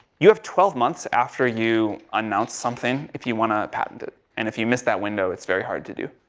you have twelve months, after you announce something, if you want to patent it. and, if you miss that window, it's very hard to do.